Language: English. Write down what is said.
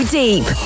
deep